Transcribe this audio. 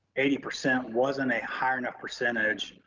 eighty percent wasn't a high enough percentage,